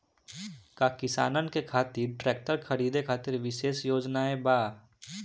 का किसानन के खातिर ट्रैक्टर खरीदे खातिर विशेष योजनाएं बा?